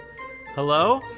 Hello